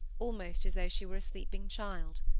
almost as though she were a sleeping child.